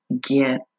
get